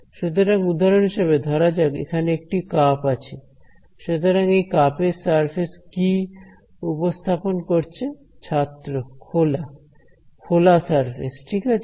সুতরাং উদাহরণ হিসেবে ধরা যাক এখানে একটি কাপ আছে সুতরাং এই কাপের সারফেস কি উপস্থাপন করছে ছাত্র খোলা খোলা সারফেস ঠিক আছে